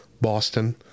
Boston